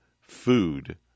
food